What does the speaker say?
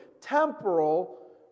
temporal